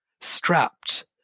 strapped